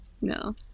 no